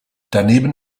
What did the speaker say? daneben